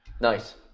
Nice